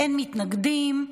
אין מתנגדים,